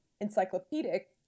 encyclopedic